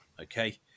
okay